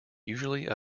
usually